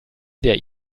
der